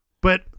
But-